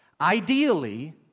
Ideally